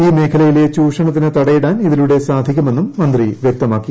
ഈ മേഖലയിലെ ചൂഷണത്തിന് തടയിടാൻ ഇതിലൂടെ സാധിക്കുമെന്നും മന്ത്രി വൃക്തമാക്കി